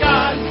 God